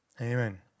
Amen